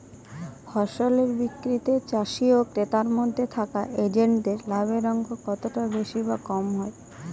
ফসলের বিক্রিতে চাষী ও ক্রেতার মধ্যে থাকা এজেন্টদের লাভের অঙ্ক কতটা বেশি বা কম হয়?